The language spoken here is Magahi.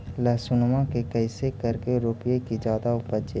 लहसूनमा के कैसे करके रोपीय की जादा उपजई?